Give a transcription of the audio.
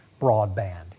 broadband